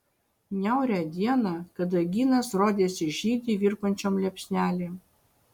niaurią dieną kadagynas rodėsi žydi virpančiom liepsnelėm